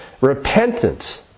Repentance